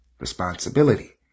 responsibility